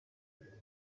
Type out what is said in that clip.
biri